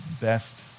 best